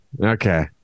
okay